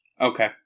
Okay